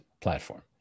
platform